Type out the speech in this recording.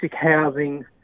housing